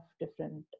different